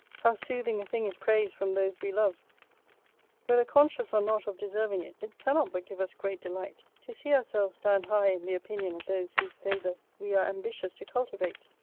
how soothing a thing is praise from those we love whether conscious or not of deserving it, it cannot but give us great delight, to see ourselves stand high in the opinion of those whose favour we are ambitious to cultivate.